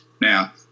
Now